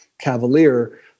cavalier